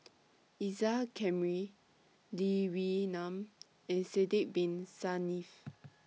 Isa Kamari Lee Wee Nam and Sidek Bin Saniff